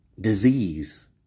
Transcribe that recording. disease